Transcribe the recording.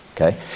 Okay